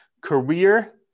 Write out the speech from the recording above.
career